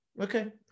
okay